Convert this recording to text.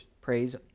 praise